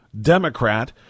Democrat